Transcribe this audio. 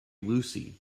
lucy